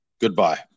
goodbye